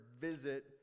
visit